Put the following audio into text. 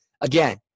Again